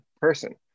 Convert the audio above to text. person